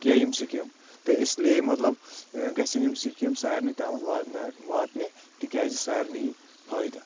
کینٛہہ یِم سکیٖم تہٕ اس لیے مطلب گژھن یِم سکیٖم سارنٕے تامَتھ واتناونہِ تِکیازِ سارنٕے فٲہِدٕ